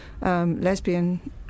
lesbian